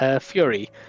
fury